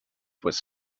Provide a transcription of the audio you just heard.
was